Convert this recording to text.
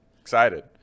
excited